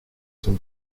son